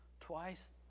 twice